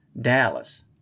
Dallas